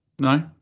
no